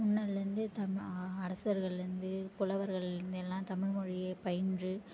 முன்னலேருந்தே தமிழ் அரசர்கள்லேருந்து புலவர்கள்லேருந்து எல்லாம் தமிழ் மொழியே பயின்று